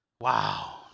Wow